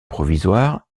provisoire